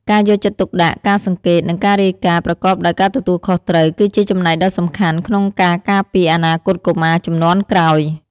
ការយកចិត្តទុកដាក់ ការសង្កេត និងការរាយការណ៍ប្រកបដោយការទទួលខុសត្រូវ គឺជាចំណែកដ៏សំខាន់ក្នុងការការពារអនាគតកុមារជំនាន់ក្រោយ។